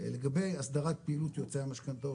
לגבי הסדרת פעילות יועצי המשכנתאות,